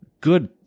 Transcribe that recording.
good